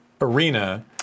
arena